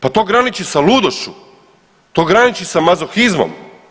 Pa to graniči sa ludošću, to graniči sa mazohizmom.